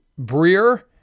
Breer